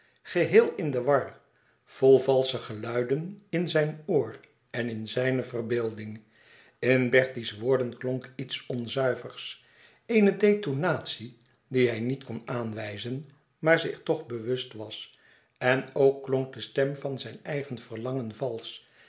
geheel in de war vol valsche geluiden in zijn oor en in zijne verbeelding in bertie's woorden klonk iets onzuivers eene detonatie die hij niet kon aanwijzen maar zich toch bewust was en ook klonk de stem van zijn eigen verlangen valsch